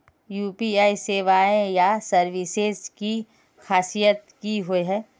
UPI सेवाएँ या services की खासियत की होचे?